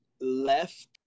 left